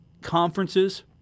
conferences –